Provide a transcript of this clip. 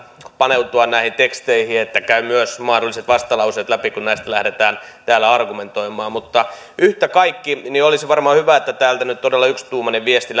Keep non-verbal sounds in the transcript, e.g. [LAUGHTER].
paneutua näihin teksteihin että käy myös mahdolliset vastalauseet läpi kun näistä lähdetään täällä argumentoimaan mutta yhtä kaikki olisi varmaan hyvä että täältä todella nyt yksituumainen viesti [UNINTELLIGIBLE]